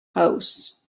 house